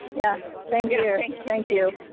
yeah, same yeah here. and and thank you.